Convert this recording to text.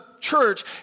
church